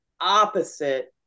opposite